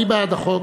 אני בעד החוק,